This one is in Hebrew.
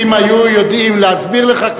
אם היו יודעים להסביר לך,